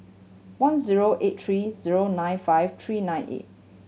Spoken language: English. one zero eight three zero nine five three nine eight